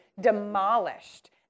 demolished